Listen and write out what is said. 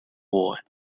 war